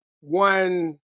one